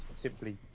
simply